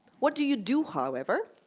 what do you do, however,